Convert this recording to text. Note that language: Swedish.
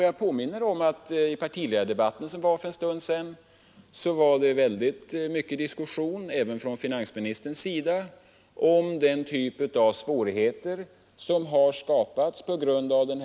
Jag påminner om att det i partiledardebatten för en stund sedan förekom mycket diskussion — även av finansministern — om den typ av svårigheter som har den direkta inkomstskatten.